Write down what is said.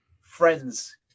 friends